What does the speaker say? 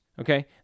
Okay